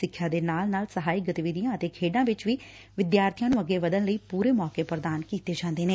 ਸਿੱਖਿਆ ਦੇ ਨਾਲ ਨਾਲ ਸਹਾਇਕ ਗਤੀਵਿਧੀਆਂ ਅਤੇ ਖੇਡਾਂ ਵਿੱਚ ਵੀ ਵਿਦਿਆਰਥੀਆਂ ਨੂੰ ਅੱਗੇ ਵੱਧਣ ਲਈ ਪਰੇ ਮੌਕੇ ਪੁਦਾਨ ਕੰਤੇ ਜਾ ਰਹੇ ਨੇ